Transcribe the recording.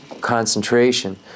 concentration